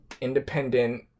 independent